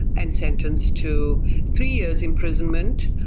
and sentenced to three years imprisonment,